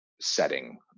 setting